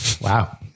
Wow